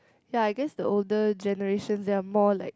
ya I guess the older generation they are more like